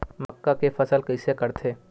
मक्का के फसल कइसे करथे?